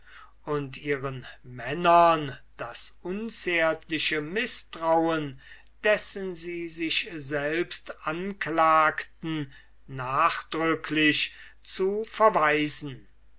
und ihren männern ein so unzärtliches mißtrauen als dasjenige war dessen sie sich selbst anklagten nachdrücklich zu verweisen